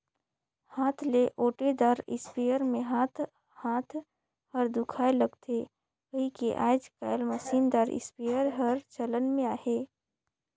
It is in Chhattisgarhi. हाथ ले ओटे दार इस्पेयर मे हाथ हाथ हर दुखाए लगथे कहिके आएज काएल मसीन दार इस्पेयर हर चलन मे अहे